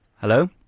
Hello